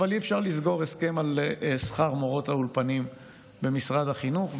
אבל אי-אפשר לסגור הסכם על שכר מורות האולפנים במשרד החינוך,